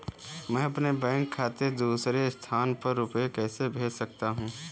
मैं अपने बैंक खाते से दूसरे स्थान पर रुपए कैसे भेज सकता हूँ?